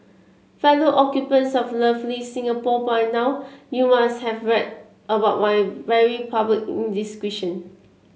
fellow occupants of lovely Singapore by now you must have read about my very public indiscretion